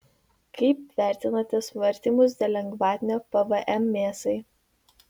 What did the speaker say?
kaip vertinate svarstymus dėl lengvatinio pvm mėsai